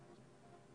כלשהו,